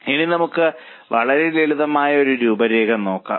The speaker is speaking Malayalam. ഇനി നമുക്ക് വളരെ ലളിതമായ ഒരു രൂപരേഖ നോക്കാം